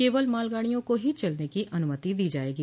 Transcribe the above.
केवल मालगाड़ियों को ही चलने की अनुमति दी जाएगी